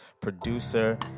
producer